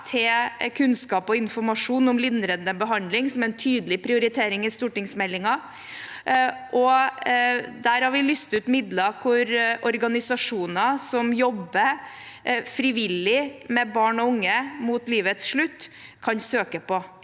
til kunnskap og informasjon om lindrende behandling som en tydelig prioritering i stortingsmeldingen. Der har vi lyst ut midler som organisasjoner som jobber frivillig med barn og unge mot livets slutt, kan søke på.